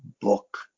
book